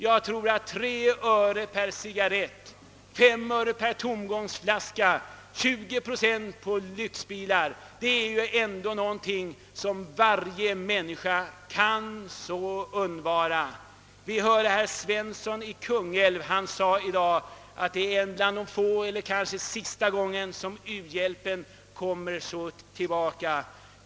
Jag tror att 3 öre per cigarrett, 5 öre per tomflaska, 20 procent på lyxbilar är någonting som varje människa kan ge svältande medmänniskor. Herr Svensson i Kungälv sade i dag att detta är en av de få gånger, kanske sista gången, som u-hjälpsfrågan kommer tillbaka.